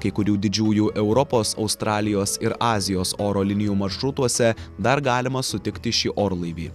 kai kurių didžiųjų europos australijos ir azijos oro linijų maršrutuose dar galima sutikti šį orlaivį